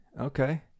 Okay